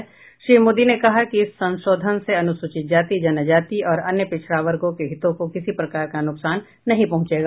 प्रधानमंत्री श्री मोदी ने कहा कि इस संशोधन से अनुसूचित जाति जनजाति और अन्य पिछड़ा वर्गों के हितों को किसी प्रकार का नुकसान नहीं पहुंचेगा